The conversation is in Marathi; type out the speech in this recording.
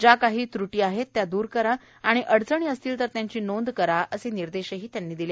ज्या काही त्र्ट्या आहेत त्या दूर करा आणि अडचणी असतील तर त्याची नोंद करा असे निर्देश दिले